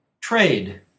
trade